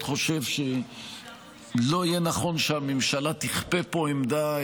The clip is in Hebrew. חושב שלא יהיה נכון שהממשלה תכפה פה עמדה,